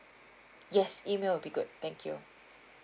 yes email will be good thank you